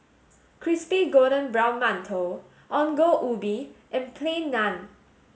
crispy golden brown Mantou Ongol Ubi and Plain Naan